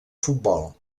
futbol